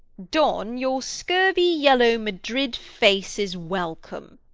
don, your scurvy, yellow, madrid face is welcome.